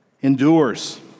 endures